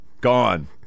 gone